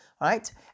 Right